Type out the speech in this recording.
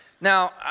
Now